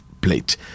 plate